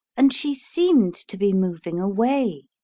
and she seemed to be moving away.